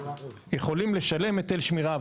יכולים לשלם היטל שמירה,